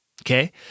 Okay